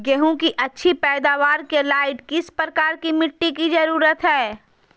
गेंहू की अच्छी पैदाबार के लाइट किस प्रकार की मिटटी की जरुरत है?